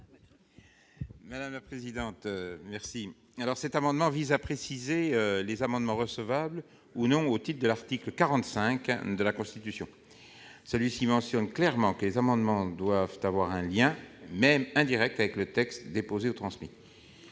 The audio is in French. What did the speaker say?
Jean-François Longeot. Cet amendement vise à préciser les amendements recevables, ou non, au titre de l'article 45 de la Constitution, lequel mentionne clairement que les amendements doivent avoir un lien, même indirect, avec le texte déposé ou transmis.